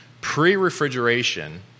Pre-refrigeration